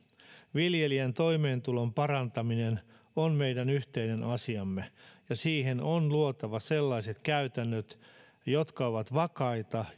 viljelijän toimeentulon parantaminen on meidän yhteinen asiamme ja siihen on luotava sellaiset käytännöt jotka ovat vakaita